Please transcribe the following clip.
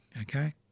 Okay